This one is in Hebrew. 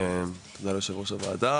תודה ליושבת ראש הוועדה,